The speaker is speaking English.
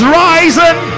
rising